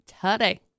today